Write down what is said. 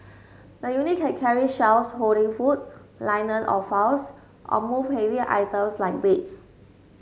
the unit can carry shelves holding food liner or files or move heavy items like beds